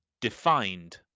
Defined